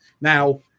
Now